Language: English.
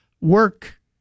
work